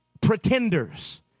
pretenders